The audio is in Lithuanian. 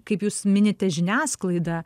kaip jūs minite žiniasklaida